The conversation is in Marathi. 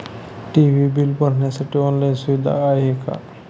टी.वी बिल भरण्यासाठी ऑनलाईन सुविधा आहे का?